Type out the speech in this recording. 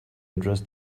address